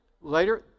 Later